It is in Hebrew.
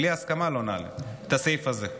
בלי הסכמה לא נעלה את הסעיף הזה.